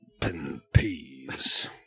peeves